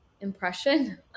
Impression